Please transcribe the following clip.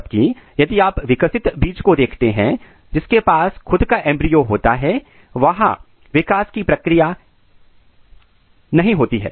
जबकि यदि आप विकसित बीज को देखते जिसके पास खुद का एंब्रियो होता है वहां ज्यादा विकास की प्रक्रिया है नहीं होती हैं